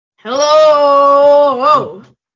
hello